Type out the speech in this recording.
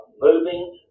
moving